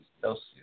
Celsius